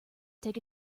take